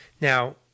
Now